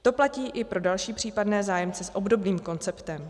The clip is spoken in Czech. To platí i pro další případné zájemce s obdobným konceptem.